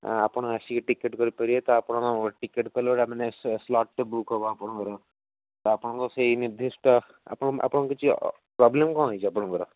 ଆପଣ ଆସିକି ଟିକେଟ୍ କରିପାରିବେ ତ ଆପଣ ଟିକେଟ୍ କଲେ ଗୋଟେ ସ୍ଲଟ୍ଟେ ବୁକ୍ ହେବ ଆପଣଙ୍କର ତ ଆପଣଙ୍କର ସେହି ନିର୍ଦ୍ଧିଷ୍ଟ ଆପଣଙ୍କ କିଛି ପ୍ରୋବ୍ଲେମ୍ କ'ଣ ହେଇଛି ଆପଣଙ୍କର